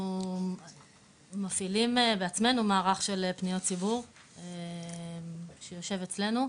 אנחנו מפעילים בעצמנו מערך של פניות ציבור שיושב אצלנו.